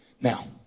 now